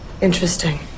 Interesting